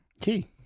Key